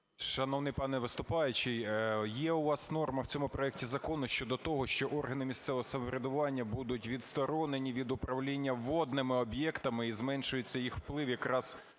Шановний пане виступаючий, є у вас норма в цьому проекті закону щодо того, що органи місцевого самоврядування будуть відсторонені від управління водними об'єктами і зменшується їх вплив якраз